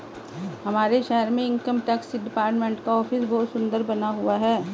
हमारे शहर में इनकम टैक्स डिपार्टमेंट का ऑफिस बहुत सुन्दर बना हुआ है